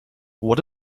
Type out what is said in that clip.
what